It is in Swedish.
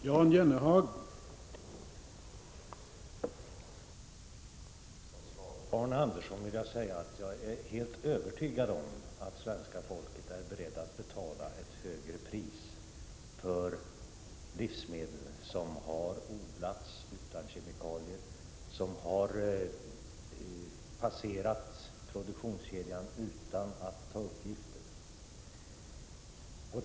Herr talman! Som svar till Arne Andersson i Ljung vill jag säga att jag är helt övertygad om att svenska folket är berett att betala ett högre pris för livsmedel som har odlats utan kemikalier, som har passerat produktionskedjanutan att ta upp gifter.